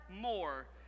more